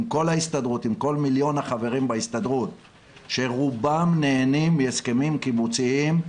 עם כל מיליון החברים בהסתדרות שרובם נהנים מהסכמים קיבוציים,